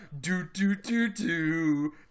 Do-do-do-do